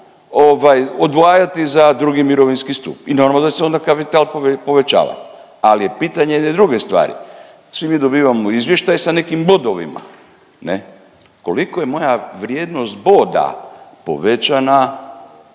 odvajati za 2. mirovinski stup. I normalno da se onda kapital povećava. Ali je pitanje jedne druge stvari. Svi mi dobivamo izvještaje sa nekim bodovima, ne. Koliko je moja vrijednost boda povećana